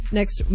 next